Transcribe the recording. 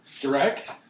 Direct